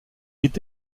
est